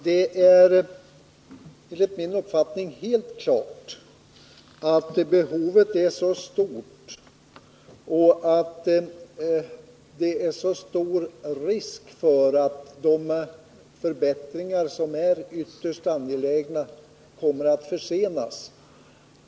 Det är enligt min uppfattning helt klart att det är stor risk för att ytterst angelägna förbättringar kommer att försenas.